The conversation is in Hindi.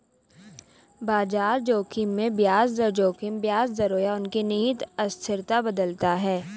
बाजार जोखिम में ब्याज दर जोखिम ब्याज दरों या उनके निहित अस्थिरता बदलता है